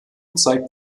zeigt